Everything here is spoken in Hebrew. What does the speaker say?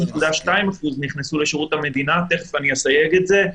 6.2% נכנסו לשירות המדינה תכף אני אסייג את זה.